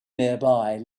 nearby